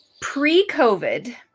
pre-COVID